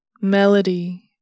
Melody